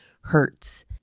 hurts